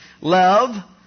Love